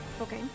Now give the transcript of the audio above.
Okay